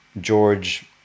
george